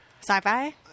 Sci-fi